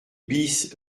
bis